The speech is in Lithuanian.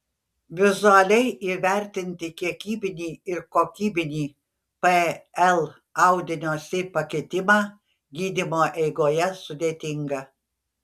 vizualiai įvertinti kiekybinį ir kokybinį pl audinio si pakitimą gydymo eigoje sudėtinga